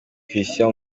christian